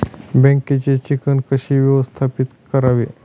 बँकेची चिकण कशी व्यवस्थापित करावी?